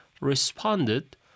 responded